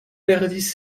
perdis